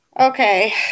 Okay